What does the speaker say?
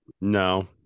No